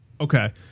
okay